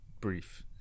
brief